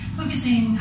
focusing